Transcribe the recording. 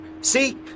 see